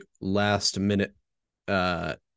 last-minute